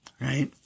right